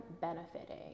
benefiting